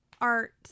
Art